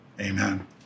Amen